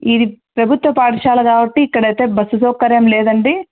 ఇది ప్రభుత్వ పాఠశాల కాబట్టి ఇక్కడ అయితే బస్సు సౌకర్యం లేదండి